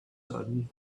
sudden